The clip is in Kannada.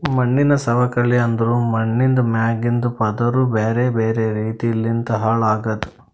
ಮಣ್ಣಿನ ಸವಕಳಿ ಅಂದುರ್ ಮಣ್ಣಿಂದ್ ಮ್ಯಾಗಿಂದ್ ಪದುರ್ ಬ್ಯಾರೆ ಬ್ಯಾರೆ ರೀತಿ ಲಿಂತ್ ಹಾಳ್ ಆಗದ್